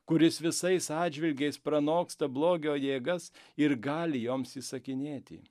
kuris visais atžvilgiais pranoksta blogio jėgas ir gali joms įsakinėti